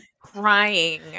crying